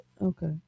Okay